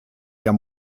der